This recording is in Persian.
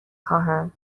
خواهم